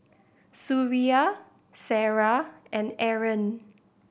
Suria Sarah and Aaron